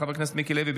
חבר הכנסת מיקי לוי,